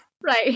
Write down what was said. Right